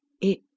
It